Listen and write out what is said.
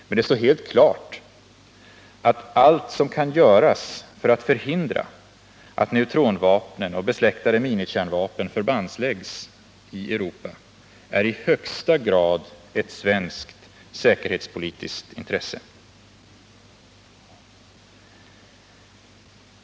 Men det står helt klart att allt som kan göras för att förhindra att neutronvapen och besläktade minikärnvapen förbandsläggs i Europa i högsta grad är ett svenskt säkerhetspolitiskt intresse.